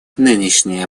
нынешняя